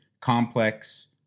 complex